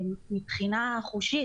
מבחינת התשלום, מבחינה חושית.